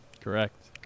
Correct